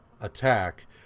attack